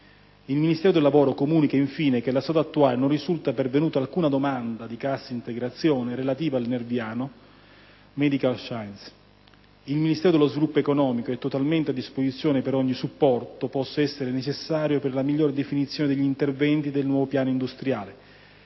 Il Ministero del lavoro comunica, infine, che allo stato attuale non risulta pervenuta alcuna domanda di cassa integrazione relativa al Nerviano Medical Sciences. Il Ministero dello sviluppo economico è totalmente a disposizione per ogni supporto possa essere necessario per la migliore definizione degli interventi del nuovo piano industriale,